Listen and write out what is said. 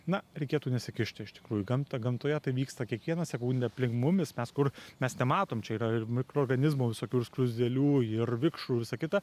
na reikėtų nesikišti iš tikrųjų gamtą gamtoje tai vyksta kiekvieną sekundę aplink mumis mes kur mes nematom čia yra ir mikroorganizmų visokių ir skruzdėlių ir vikšrų visa kita